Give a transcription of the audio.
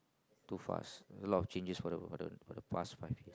too fast a lot of changes for the for the for the past timing